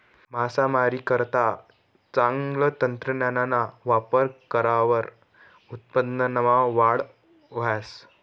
मासामारीकरता चांगलं तंत्रज्ञानना वापर करावर उत्पादनमा वाढ व्हस